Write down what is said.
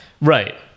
Right